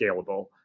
scalable